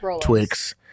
Twix